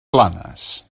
planes